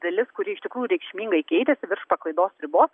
dalis kuri iš tikrųjų reikšmingai keitėsi virš paklaidos ribos